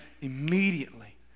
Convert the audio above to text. immediately